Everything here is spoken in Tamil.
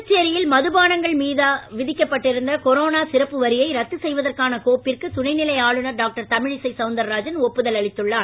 புதுச்சோியில் மதுபானங்கள் மீது விதிக்கப்பட்டிருந்த கொரோனா சிறப்பு வரியை ரத்து செய்வதற்கான கோப்பிற்கு துணைநிலை ஆளுநர் டாக்டர் தமிழிசை சவுந்தரராஜன் ஒப்புதல் அளித்துள்ளார்